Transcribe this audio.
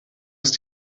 ist